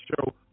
show